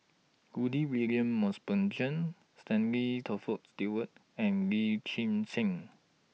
Rudy William Mosbergen Stanley Toft Stewart and Lim Chwee Chian